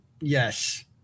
Yes